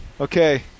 okay